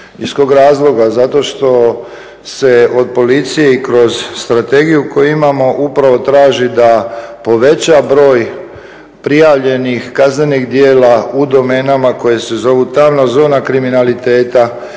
Iz kog razloga? Zato što se od policije i kroz strategiju koju imamo upravo traži da poveća broj prijavljenih kaznenih djela u domenama koje se zovu tamna zona kriminaliteta